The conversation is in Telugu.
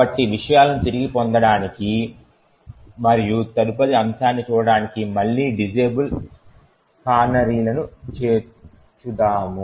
కాబట్టి విషయాలను తిరిగి పొందడానికి మరియు తదుపరి అంశాన్ని చూడటానికి మళ్ళీ డిసేబుల్ కానరీలను చేర్చుదాం